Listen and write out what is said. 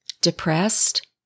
depressed